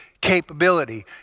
capability